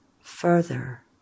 further